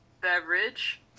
beverage